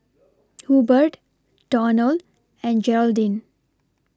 Hubert Donald and Gearldine